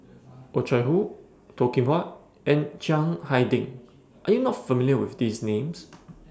Oh Chai Hoo Toh Kim Hwa and Chiang Hai Ding Are YOU not familiar with These Names